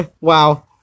Wow